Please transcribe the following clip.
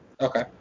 Okay